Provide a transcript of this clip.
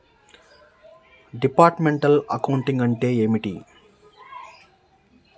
Departmental accounting అంటే ఏమిటి?